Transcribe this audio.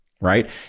right